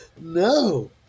No